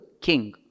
king